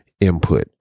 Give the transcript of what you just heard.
input